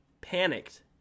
panicked